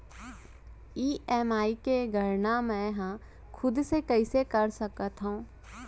EMI के गड़ना मैं हा खुद से कइसे कर सकत हव?